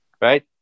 right